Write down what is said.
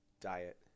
diet